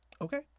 okay